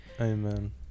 Amen